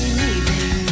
leaving